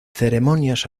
ceremonias